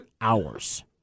hours